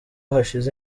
hashize